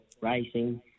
racing